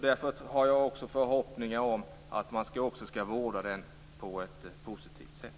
Därför har jag också förhoppningar om att man ska vårda den på ett positivt sätt.